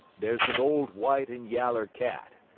there's an old white and yaller cat,